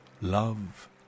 love